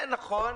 נכון,